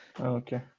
okay